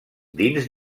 dins